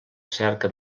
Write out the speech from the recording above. cerca